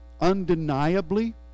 undeniably